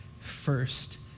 first